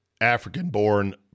African-born